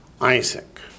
Isaac